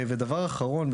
ודבר אחרון,